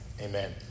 Amen